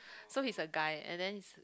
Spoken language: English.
so he's a guy and then